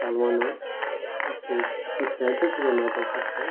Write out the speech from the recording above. कालवां ना ओके तिसऱ्याचें सुकें मेळपाक शकता